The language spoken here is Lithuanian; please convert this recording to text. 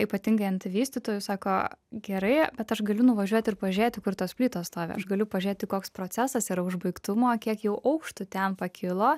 ypatingai ant vystytojų sako gerai bet aš galiu nuvažiuot ir pažiūrėti kur tos plytos stovi aš galiu pažiūrėti koks procesas yra užbaigtumo kiek jau aukštų ten pakilo